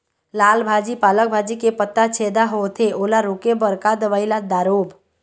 लाल भाजी पालक भाजी के पत्ता छेदा होवथे ओला रोके बर का दवई ला दारोब?